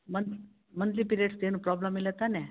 month monthly ಪಿರಿಯಡ್ಸ್ದು ಏನು problem ಇಲ್ಲ ತಾನೇ